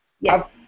Yes